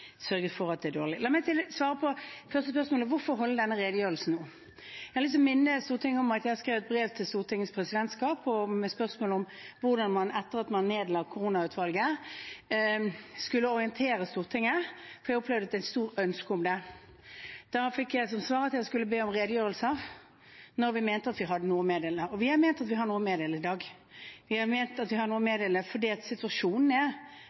for at det er dårlig. La meg svare på det første spørsmålet: Hvorfor holde denne redegjørelsen nå? Jeg har lyst til å minne Stortinget om at jeg har skrevet brev til Stortingets presidentskap om spørsmålet om hvordan man etter at man nedla koronautvalget, skulle orientere Stortinget, for jeg opplevde at det er et stort ønske om det. Da fikk jeg til svar at jeg skulle be om redegjørelser når vi mente at vi hadde noe å meddele, og vi har ment at vi har noe å meddele i dag. Vi har ment at vi har noe å meddele fordi situasjonen er